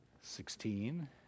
Sixteen